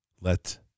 Let